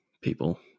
people